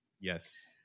Yes